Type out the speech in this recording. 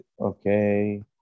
Okay